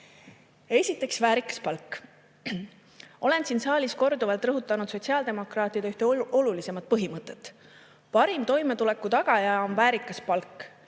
Esiteks, väärikas palk. Olen siin saalis korduvalt rõhutanud sotsiaaldemokraatide ühte olulisemat põhimõtet. Parim toimetuleku tagaja on väärikas palk.